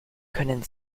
können